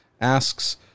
Asks